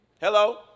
Hello